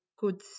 good